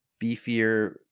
beefier